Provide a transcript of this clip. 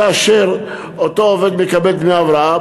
כאשר אותו עובד מקבל דמי הבראה,